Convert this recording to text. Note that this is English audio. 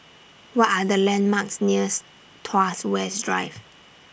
What Are The landmarks nears Tuas West Drive